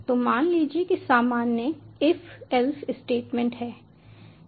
तो मान लीजिए कि सामान्य इफ एल्स स्टेटमेंट है